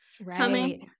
Right